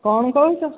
କ'ଣ କହୁଛ